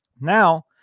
Now